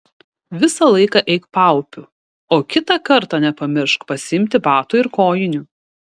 visą laiką eik paupiu o kitą kartą nepamiršk pasiimti batų ir kojinių